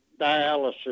dialysis